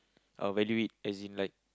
uh value it as in like